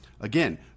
again